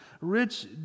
rich